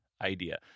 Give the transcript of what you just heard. idea